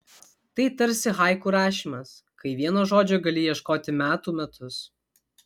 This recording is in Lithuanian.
tai tarsi haiku rašymas kai vieno žodžio gali ieškoti metų metus